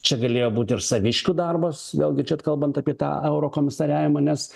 čia galėjo būt ir saviškių darbas vėlgi čia kalbant apie tą eurokomisariavimą nes